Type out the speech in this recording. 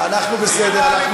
אנחנו בסדר.